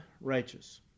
righteous